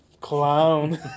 clown